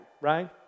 right